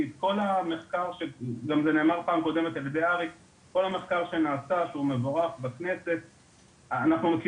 כי כל המחקר המבורך שנעשה בכנסת,